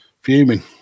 fuming